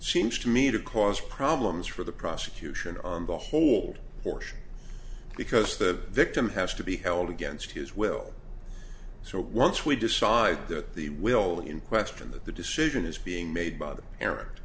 seems to me to cause problems for the prosecution on the hold portion because the victim has to be held against his will so once we decide that they will in question that the decision is being made by the parent